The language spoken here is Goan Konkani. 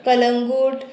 कलंगूट